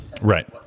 Right